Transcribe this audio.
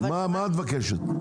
מה את מבקשת?